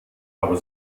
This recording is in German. aber